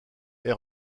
est